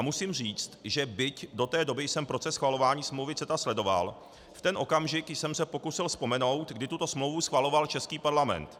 Musím říci, že byť do té doby jsem proces schvalování smlouvy CETA sledoval, v ten okamžik jsem se pokusil vzpomenout, kdy tuto smlouvu schvaloval český parlament.